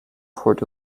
port